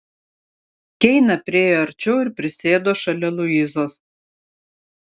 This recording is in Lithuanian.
keina priėjo arčiau ir prisėdo šalia luizos